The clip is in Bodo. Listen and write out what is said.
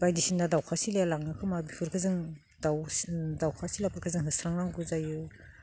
बायदिसिना दाउखा सिलाया लाङोखोमा बेफोरखौ जों दाउसिन दाउखा सिलाफोरखो जों होस्रांनांगौ जायो